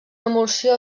emulsió